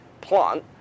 plant